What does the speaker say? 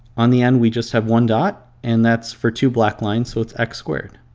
on the end we just have one dot and that's for two black lines so it's x-squared.